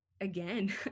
again